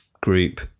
group